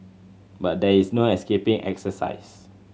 but there is no escaping exercise